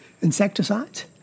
insecticides